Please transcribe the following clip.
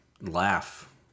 laugh